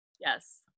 Yes